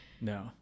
No